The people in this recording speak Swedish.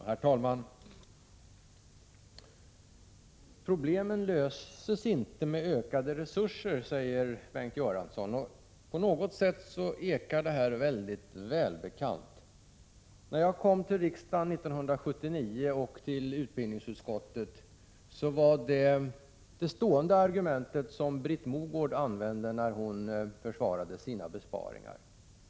Herr talman! Problemen löses inte med ökade resurser, säger Bengt Göransson. På något sätt låter det välbekant. När jag 1979 kom till riksdagen och till utbildningsutskottet var det Britt Mogårds ständiga argument när hon försvarade sina besparingar.